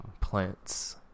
plants